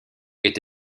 est